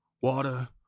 water